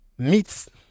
Meets